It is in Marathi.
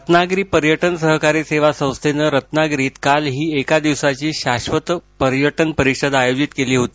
रत्नागिरी पर्यटन सहकारी सेवा संस्थेनं रत्नागिरीत काल ही एका दिवसाची शाक्षत पर्यटन परिषद आयोजित केली होती